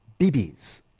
BBs